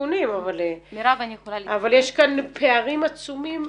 תיקונים אבל יש כאן פערים עצומים.